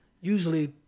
usually